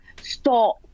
Stop